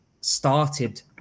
started